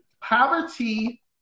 poverty